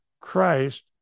Christ